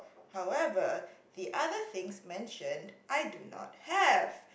however the other things mentioned I do not have